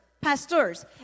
pastors